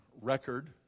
record